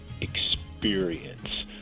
experience